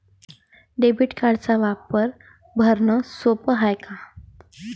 Debit कार्डचा वापर भरनं सोप हाय का?